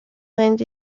went